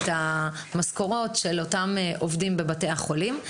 את המשכורות של אותם עובדים בבתי החולים.